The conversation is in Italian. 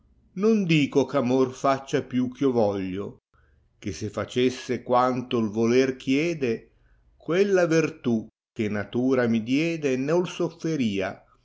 non dico chi amor faccia più eh io voglio che se facesse quanto il voler chiede quella vertù che natura mi diede noi